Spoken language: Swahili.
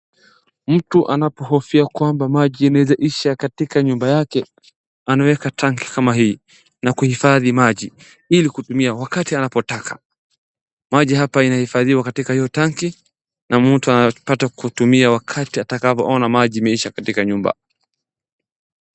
Mtu anapohofia kwamba maji inaweza isha katika nyumba yake, anaweka tanki kama hii na kuhifadhi maji ili kutumia wakati anapotaka. Maji hapa inahifadhiwa katika hiyo tanki na mtu apate kutumia wakati atakapoona maji imeisha katika nyumba.